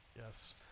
Yes